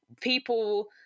people